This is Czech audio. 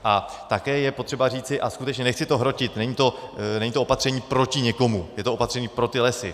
A také je potřeba říci, a skutečně to nechci hrotit, není to opatření proti někomu, je to opatření pro ty lesy.